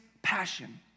passion